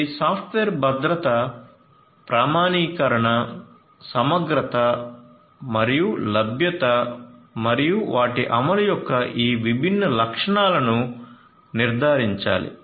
ఈ సాఫ్ట్వేర్ భద్రత ప్రామాణీకరణ సమగ్రత మరియు లభ్యత మరియు వాటి అమలు యొక్క ఈ 3 విభిన్న లక్షణాలను నిర్ధారించాలి